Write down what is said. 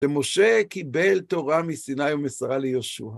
משה קיבל תורה מסיני ומסרה ליהושע.